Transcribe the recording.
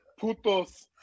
putos